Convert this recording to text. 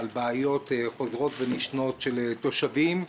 על בעיות חוזרות ונשנות של תושבים,